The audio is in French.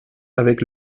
avec